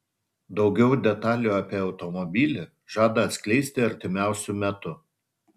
daugiau detalių apie automobilį žada atskleisti artimiausiu metu